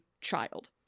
child